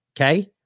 Okay